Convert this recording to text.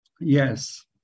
Yes